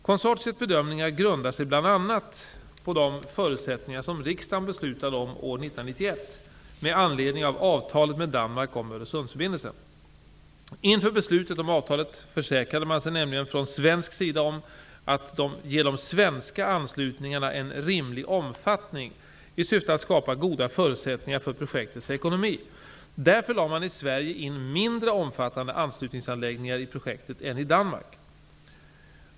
Konsortiets bedömningar grundar sig bl.a. på de förutsättningar som riksdagen beslutade om år 1991 Öresundsförbindelsen. Inför beslutet om avtalet försäkrade man sig nämligen från svensk sida om att ge de svenska anslutningarna en rimlig omfattning i syfte att skapa goda förutsättningar för projektets ekonomi. Därför lade man i Sverige in mindre omfattande anslutningsanläggningar i projektet än i Danmark.